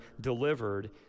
delivered